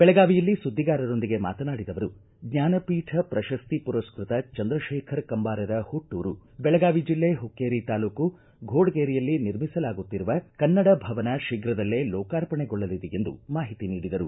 ಬೆಳಗಾವಿಯಲ್ಲಿ ಸುದ್ದಿಗಾರೊಂದಿಗೆ ಮಾತನಾಡಿದ ಅವರು ಜ್ಞಾನಪೀಠ ಪ್ರಶಸ್ತಿ ಮರಸ್ನತ ಚಂದ್ರಶೇಖರ್ ಕಂಬಾರರ ಹುಟ್ಟೂರು ಬೆಳಗಾವಿ ಜಲ್ಲೆ ಹುಕ್ಕೇರಿ ತಾಲೂಕು ಫೋಡಗೇರಿಯಲ್ಲಿ ನಿರ್ಮಿಸಲಾಗುತ್ತಿರುವ ಕನ್ನಡ ಭವನ ಶೀಘ್ರದಲ್ಲೇ ಲೋಕಾರ್ಪಣೆಗೊಳ್ಳಲಿದೆ ಎಂದು ಮಾಹಿತಿ ನೀಡಿದರು